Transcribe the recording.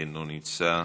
אינו נמצא,